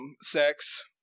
sex